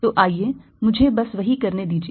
तो आइए मुझे बस वही करने दीजिए